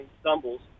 stumbles